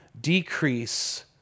decrease